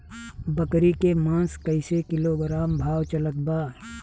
बकरी के मांस कईसे किलोग्राम भाव चलत बा?